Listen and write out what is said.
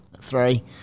three